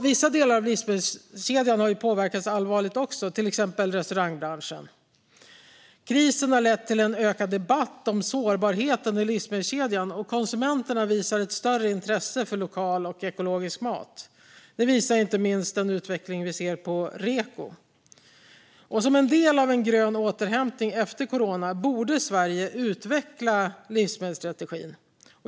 Vissa delar av livsmedelskedjan har också påverkats allvarligt, till exempel restaurangbranschen. Krisen har lett till en ökad debatt om sårbarheten i livsmedelskedjan, och konsumenterna visar ett större intresse för lokal och ekologisk mat. Det visar inte minst den utveckling vi ser för REKO. Som en del av en grön återhämtning efter corona borde Sverige utveckla livsmedelsstrategin.